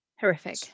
Horrific